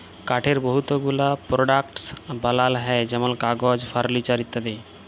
কাঠের বহুত গুলা পরডাক্টস বালাল হ্যয় যেমল কাগজ, ফারলিচার ইত্যাদি